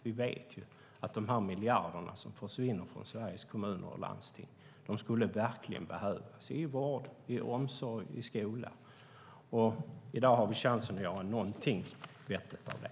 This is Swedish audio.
Vi vet ju att de här miljarderna som försvinner från Sveriges kommuner och landsting verkligen skulle behövas i vård, omsorg och skola, och i dag har vi chansen att göra någonting vettigt av det.